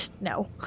No